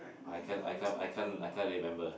I can I can't I can't I can't remember